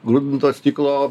grūdinto stiklo